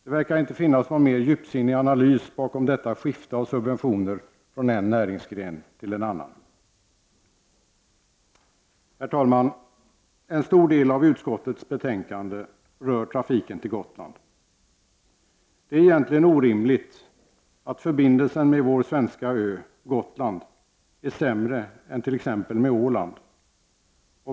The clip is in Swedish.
Det verkar inte finnas någon mer djupsinning analys bakom detta skifte av subventioner från en näringsgren till en annan. Herr talman! En stor del av utskottets betänkande rör trafiken till Gotland. Det är egentligen orimligt att förbindelserna med vår svenska ö, Gotland, är sämre än med t.ex. Åland.